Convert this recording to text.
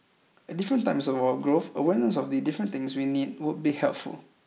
at different times of our growth awareness of the different things we need would be helpful